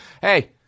hey